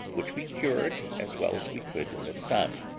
which we cured as well as we could in the sun,